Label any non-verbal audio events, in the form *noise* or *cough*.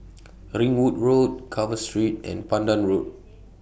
*noise* Ringwood Road Carver Street and Pandan Road